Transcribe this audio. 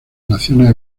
naciones